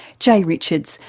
jay richards,